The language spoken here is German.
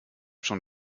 schon